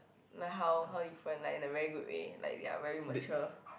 like how how different like in a very good way like they are very mature